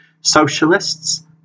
Socialists